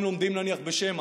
הם לומדים נניח בשמע